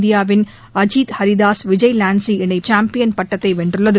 இந்தியாவின் அஜித் ஹரிதாஸ் விஜய் வான்ஸி இணை சாம்பியன் பட்டத்தை வென்றுள்ளது